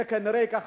זה כנראה ייקח